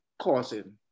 causing